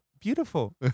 beautiful